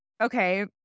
okay